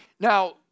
Now